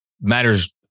matters